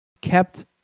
kept